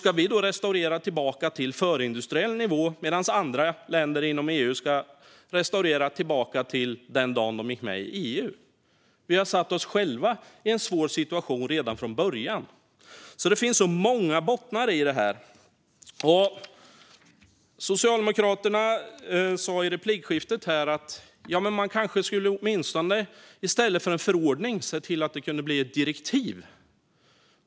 Ska vi då restaurera tillbaka till förindustriell nivå medan andra länder inom EU ska restaurera tillbaka till den dagen de gick med i EU? Vi har satt oss själva i en svår situation redan från början. Det finns alltså många bottnar i detta. Socialdemokraterna sa i replikskiftet att man kanske åtminstone skulle se till att det i stället för en förordning kunde bli ett direktiv.